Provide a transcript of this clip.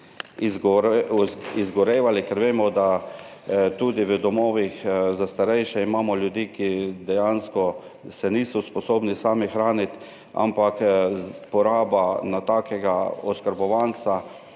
izgorevali, ker vemo, da tudi v domovih za starejše imamo ljudi, ki se dejansko niso sposobni sami hraniti, ampak poraba na takega oskrbovanca